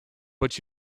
but